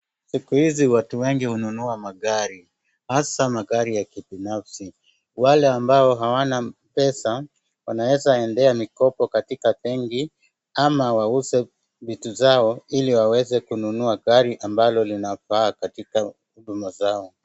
Siku hizi watu wengi hununua magari hasa magari ya kibinafsi. Wale ambao hawana pesa wanaeza endea mikopo katika benki ama wauze vitu zao ili waweze kununua gari ambalo linafaa katika huduma zao.